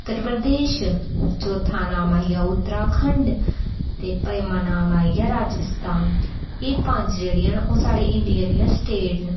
उत्तर प्रदेश चौथा नांऽ आई गेआ उत्तराखन्ड़ ते पंजमा नांऽ आई गेआ राजस्थान एह् पंज जेह्ड़ियां न साढ़ियां इंडिया दी स्टेट न